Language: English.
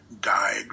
died